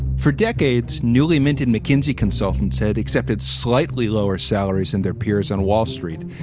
for decades, newly minted mckinsey consultants had accepted slightly lower salaries than their peers on wall street.